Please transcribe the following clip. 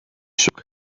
shook